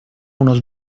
unos